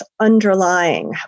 underlying